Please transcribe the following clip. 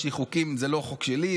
זה לא חוק שלי,